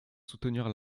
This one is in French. soutenir